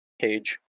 Cage